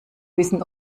wissen